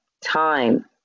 time